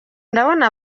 ndabona